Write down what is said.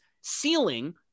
ceiling